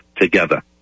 together